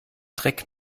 dreck